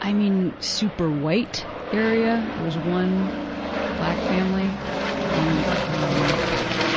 i mean, super-white area. there was one black family and um